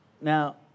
Now